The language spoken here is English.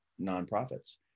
nonprofits